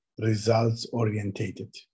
results-orientated